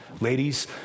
Ladies